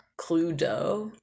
Cluedo